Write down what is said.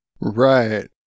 Right